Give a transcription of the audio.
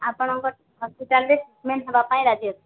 ଆପଣଙ୍କର୍ ହସ୍ପିଟାଲ୍ରେ ଟ୍ରିଟ୍ମେଣ୍ଟ୍ ହେବାପାଇଁ ରାଜି ଅଛି